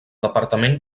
departament